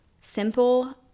simple